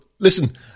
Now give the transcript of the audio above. Listen